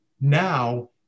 now